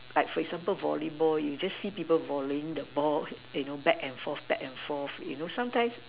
like for example volleyball you just see people volleying the ball you know back and forth back and forth you know sometimes